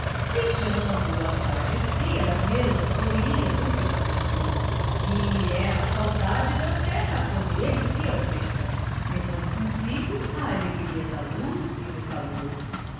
deixando atrás de si as melancolias do crepúsculo que é a saudade da terra quando ele se ausenta levando consigo a alegria da luz e do calor